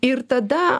ir tada